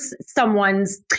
someone's